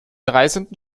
reisenden